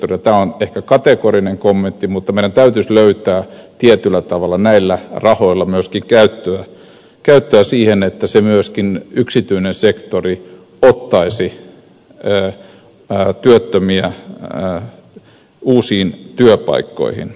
tämä on ehkä kategorinen kommentti mutta meidän täytyisi löytää tietyllä tavalla näillä rahoilla myöskin käyttöä siihen että myöskin yksityinen sektori ottaisi työttömiä uusiin työpaikkoihin